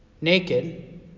naked